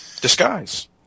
disguise